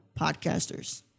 podcasters